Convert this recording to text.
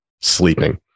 sleeping